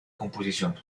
composición